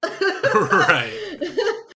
Right